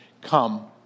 come